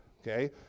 okay